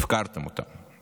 הפקרתם אותם.